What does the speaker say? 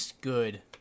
good